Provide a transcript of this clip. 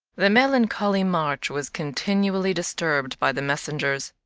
the melancholy march was continually disturbed by the messengers,